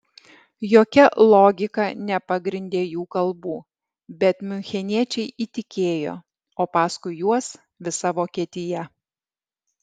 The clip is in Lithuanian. jokia logika nepagrindė jų kalbų bet miuncheniečiai įtikėjo o paskui juos visa vokietija